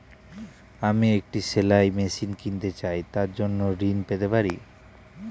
আমি একটি সেলাই মেশিন কিনতে চাই তার জন্য ঋণ পেতে পারি?